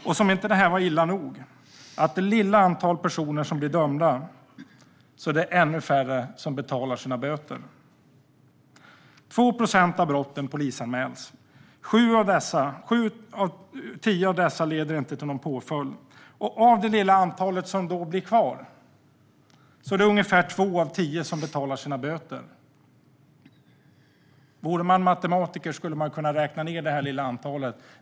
Och, som om inte det var illa nog, bland det lilla antal personer som blir dömda är det ännu färre som betalar sina böter. 2 procent av brotten polisanmäls. Sju av tio ärenden leder inte till någon påföljd. Och bland det lilla antal som då blir kvar är det ungefär två av tio som betalar sina böter. Vore man matematiker skulle man kunna räkna fram det lilla antalet.